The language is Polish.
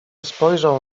spojrzał